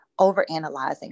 overanalyzing